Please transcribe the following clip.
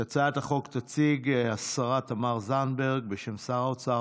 את הצעת החוק תציג השרה תמר זנדברג בשם שר האוצר.